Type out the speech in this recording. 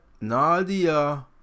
Nadia